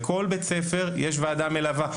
לכל בית ספר יש ועדה מלווה.